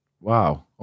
wow